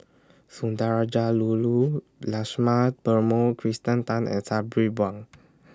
Sundarajululu Lakshma Perumal Kirsten Tan and Sabri Buang